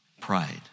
pride